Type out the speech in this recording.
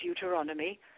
deuteronomy